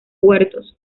huertos